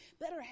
Better